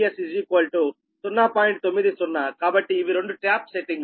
కాబట్టి ఇవి రెండు ట్యాప్ సెట్టింగ్ లు